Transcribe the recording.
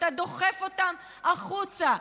אתה דוחף אותם החוצה.